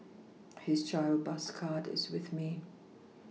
his child bus card is with me